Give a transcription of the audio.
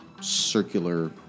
circular